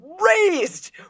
raised